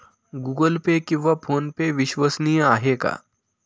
Google Pay किंवा PhonePe विश्वसनीय आहेत का?